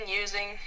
using